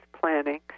planning